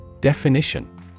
Definition